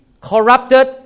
corrupted